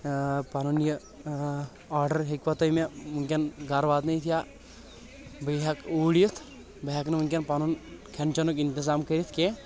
پنُن یہِ آرڈر ہیٚکۍوا تُہۍ مےٚ ؤنۍ کٮ۪ن گرٕ واتنٲیِتھ یا بیہِ ہٮ۪کہٕ اوٗرۍ یِتھ بہٕ ہٮ۪کہٕ نہٕ ؤنۍ کٮ۪ن پنُن کھٮ۪ن چٮ۪نُک انتظام کٔرتھ کینٛہہ